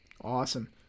Awesome